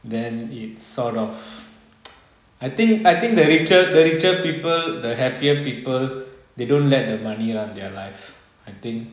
then it's sort of I think I think the richer the richer people the happier people they don't let their money run their life I think